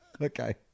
Okay